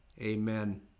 Amen